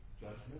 judgment